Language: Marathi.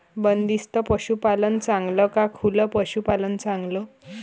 बंदिस्त पशूपालन चांगलं का खुलं पशूपालन चांगलं?